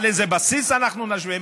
על איזה בסיס אנחנו נשווה?